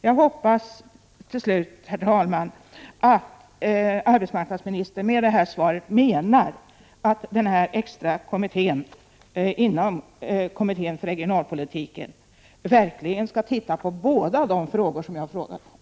Jag hoppas till slut, herr talman, att arbetsmarknadsministern med detta svar menar att den extra kommittén inom kommittén för regionalpolitiken verkligen skall titta på båda de frågor som jag har behandlat i min fråga.